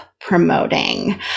promoting